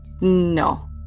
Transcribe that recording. No